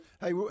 Hey